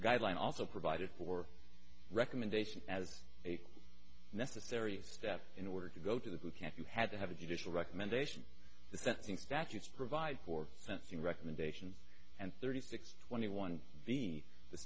guidelines also provided for recommendation as a necessary step in order to go to the boot camp you had to have a judicial recommendation the sentencing statutes provide for sensing recommendations and thirty six twenty one